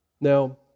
Now